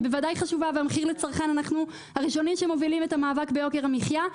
שהיא בוודאי חשובה ואנחנו הראשונים שמובילים את המאבק ביוקר המחיה,